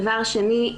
דבר שני,